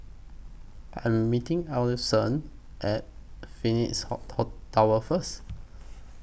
I Am meeting Alphonso At Phoenix Tower First